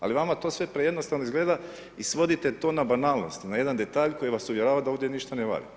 Ali vama to sve prejednostavno izgleda i svodite to na banalnosti, na jedan detalj koji vas uvjerava da ovdje ništa ne valja.